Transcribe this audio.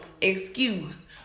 excuse